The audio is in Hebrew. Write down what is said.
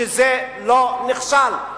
שזה לא נכשל,